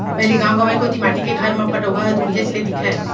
पहिली गॉव गँवई कोती माटी के घर म पटउहॉं ह दुरिहेच ले दिखय